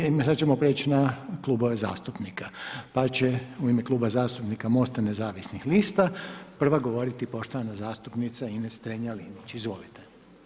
Sada imamo, sada ćemo preći na klubove zastupnika, pa će u ime Kluba zastupnika Mosta nezavisnih lista, prva govoriti poštovana zastupnica Ines Strenja Linić, izvolite.